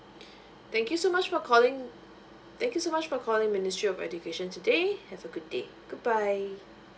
thank you so much for calling thank you so much for calling ministry of education today have a good day goodbye